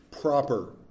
proper